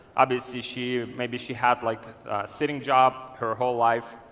obviously she may be she had like a sitting job her whole life,